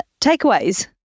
takeaways